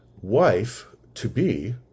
wife-to-be